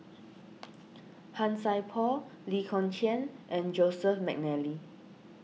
Han Sai Por Lee Kong Chian and Joseph McNally